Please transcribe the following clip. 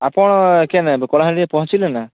ଆପଣ କେନ୍ ଏବେ କଳାହାଣ୍ଡିରେ ପହଞ୍ଚିଲେ ନା